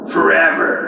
forever